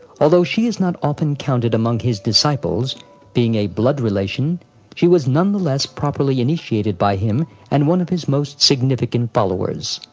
although she is not often counted among his disciples being a blood relation she was nonetheless properly initiated by him and one of his most significant followers.